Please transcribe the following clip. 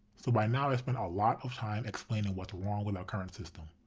so by now, i spent a lot of time explaining what's wrong with our current system.